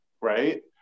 right